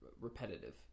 repetitive